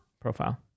Profile